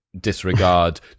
disregard